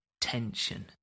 tension